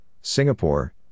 Singapore